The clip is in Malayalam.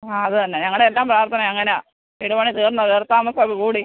ആ അത് തന്നെ ഞങ്ങളുടെ എല്ലാം പ്രാർത്ഥന അങ്ങനാ വീട് പണി തീർന്നോ കയറി താമസമൊക്കെ കൂടി